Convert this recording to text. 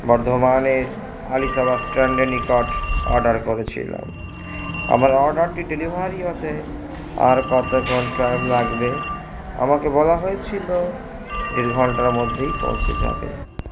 বর্ধমানের আলিশা বাস স্ট্যান্ডের নিকট অর্ডার করেছিলাম আমার অর্ডারটি ডেলিভারি হতে আর কতক্ষণ টাইম লাগবে আমাকে বলা হয়েছিলো দেড় ঘন্টার মধ্যেই পৌঁছে যাবে